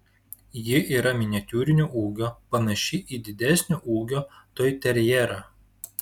ji yra miniatiūrinio ūgio panaši į didesnio ūgio toiterjerą